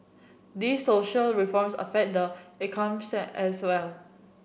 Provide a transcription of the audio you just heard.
these social reforms affect the say as so as